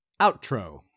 Outro